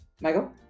Michael